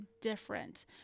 different